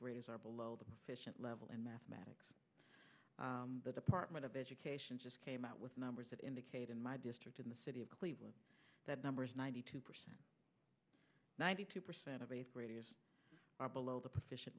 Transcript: graders are below the level in mathematics the department of education just came out with numbers that indicate in my district in the city of cleveland that number is ninety two percent ninety two percent of eighth graders are below the proficient